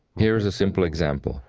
here's a simple example.